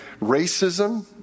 racism